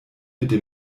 bitte